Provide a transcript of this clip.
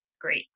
great